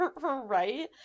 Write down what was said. right